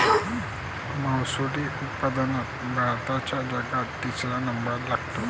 मासोळी उत्पादनात भारताचा जगात तिसरा नंबर लागते